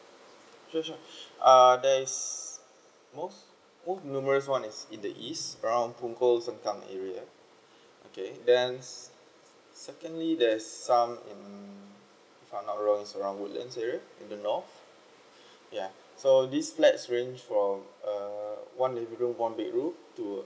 sure sure uh there's most numerous one is in the east around punggol sengkang area okay then secondly there's some in if I not wrong around woodlands area in the north yeah so this flat range from uh one living room one bedroom to